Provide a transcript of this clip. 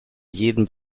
jeden